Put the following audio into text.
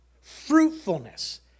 Fruitfulness